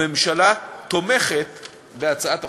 הממשלה תומכת בהצעת החוק.